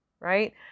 right